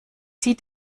zieht